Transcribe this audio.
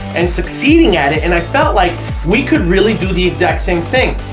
and succeeding at it and i felt like we could really do the exact same thing,